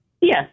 Yes